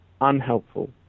unhelpful